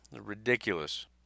Ridiculous